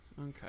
Okay